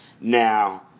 Now